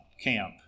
camp